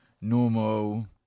normal